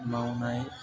मावनाय